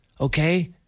Okay